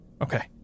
Okay